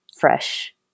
fresh